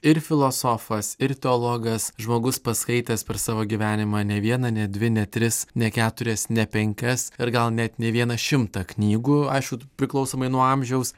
ir filosofas ir teologas žmogus paskaitęs per savo gyvenimą ne vieną ne dvi ne tris ne keturias ne penkias ir gal net ne vieną šimtą knygų aišku tu priklausomai nuo amžiaus